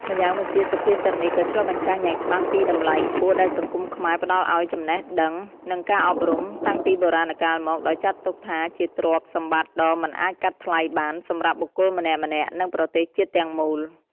ម្យ៉ាងវិញទៀត សុភាសិតនេះក៏ឆ្លុះបញ្ចាំងយ៉ាងច្បាស់ពី តម្លៃខ្ពស់ដែលសង្គមខ្មែរផ្តល់ឱ្យចំណេះដឹង និងការអប់រំ តាំងពីបុរាណកាលមក ដោយចាត់ទុកថាជាទ្រព្យសម្បត្តិដ៏មិនអាចកាត់ថ្លៃបានសម្រាប់បុគ្គលម្នាក់ៗ និងប្រទេសជាតិទាំងមូល។